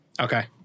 Okay